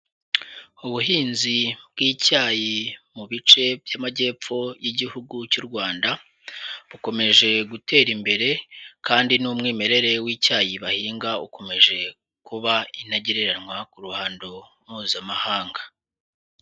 Ubuhinzi bw'icyayi mu bice by'amajyepfo y'igihugu cy'u Rwanda, bukomeje gutera imbere kandi n'umwimerere w'icyayi bahinga ukomeje kuba intagereranywa ku ruhando mpuzamahanga.